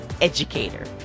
Educator